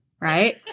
Right